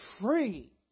free